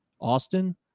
Austin